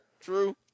True